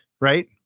right